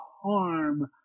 harm